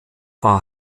war